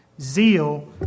zeal